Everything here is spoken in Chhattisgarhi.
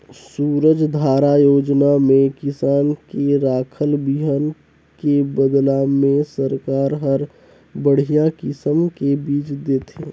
सूरजधारा योजना में किसान के राखल बिहन के बदला में सरकार हर बड़िहा किसम के बिज देथे